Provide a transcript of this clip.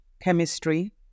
chemistry